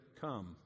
come